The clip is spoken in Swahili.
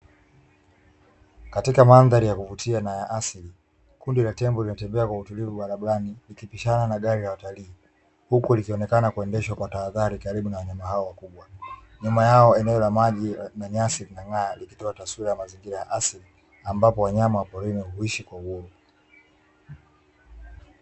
Katika mandhari ya kuvutia na ya asili, kundi la tembo linatembea kwa utulivu barabarani likipishanabna gari la watalii huku likionekana kuendeshwa kwa tahadhari karibu na wanyama hao wakubwa. Nyuma yao eneo la maji na nyasi linang'aa likitoa taswira ya asili ambapo wanyama wa porini huishi kwa uhuru.